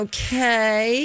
Okay